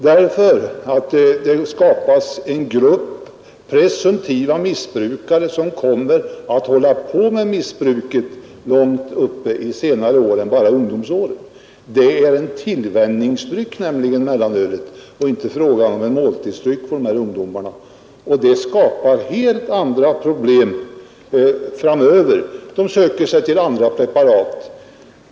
Mellanölet skapar nämligen en grupp presumtiva missbrukare, som fortsätter med missbruket långt efter det att de passerat ungdomsåren. Mellanölet är en tillvänjningsdryck, det är inte någon måltidsdryck för de här ungdomarna. Och det skapar helt andra problem framöver, eftersom människorna då söker sig till andra preparat.